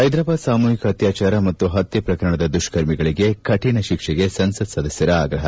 ಪೈದ್ರಾಬಾದ್ ಸಾಮೂಹಿಕ ಅತ್ಲಾಚಾರ ಮತ್ತು ಪತ್ತೆ ಪ್ರಕರಣದ ದುಷ್ತರ್ಮಿಗಳಿಗೆ ಕಠಿಣ ಶಿಕ್ಷೆಗೆ ಸಂಸತ್ ಸದಸ್ನರ ಆಗ್ರಪ